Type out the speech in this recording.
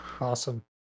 Awesome